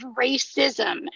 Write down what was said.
racism